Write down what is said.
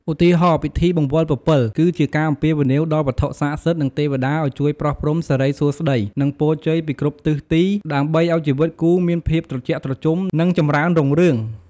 ឧទាហរណ៍ ពិធីបង្វិលពពិល គឺជាការអំពាវនាវដល់វត្ថុស័ក្តិសិទ្ធិ និងទេវតាឱ្យជួយប្រោះព្រំសិរីសួស្តី និងពរជ័យពីគ្រប់ទិសទី ដើម្បីឱ្យជីវិតគូមានភាពត្រជាក់ត្រជុំ និងចម្រើនរុងរឿង។